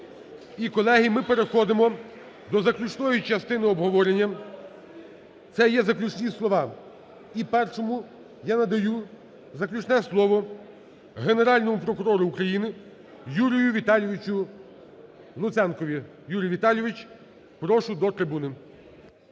І,колеги, ми переходимо до заключної частини обговорення, це є заключні слова. І першому я надаю заключне слово Генеральному прокурору України Юрію Віталійовичу Луценку. Юрій Віталійович, прошу до трибуни.